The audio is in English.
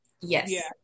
Yes